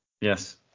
Yes